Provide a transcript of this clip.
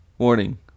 Warning